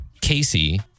Casey